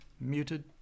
muted